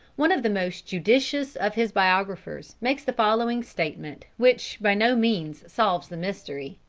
one of the most judicious of his biographers makes the following statement which by no means solves the mystery